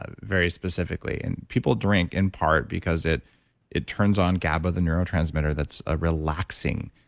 ah very specifically, and people drink, in part, because it it turns on gaba, the neurotransmitter that's a relaxing,